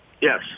Yes